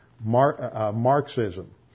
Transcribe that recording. Marxism